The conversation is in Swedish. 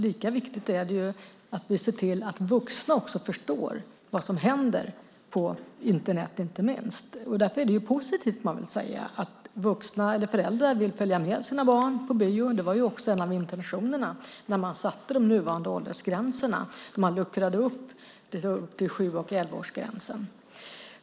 Lika viktigt är det att vi ser till att också vuxna förstår vad som händer inte minst på Internet. Därför får man väl säga att det är positivt att föräldrar vill följa med sina barn på bio. Det var också en av intentionerna när nuvarande åldersgränser fastställdes och man luckrade upp, till sju-elva-årsgränsen.